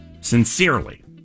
sincerely